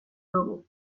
dugu